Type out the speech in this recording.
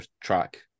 track